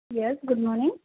yes good morning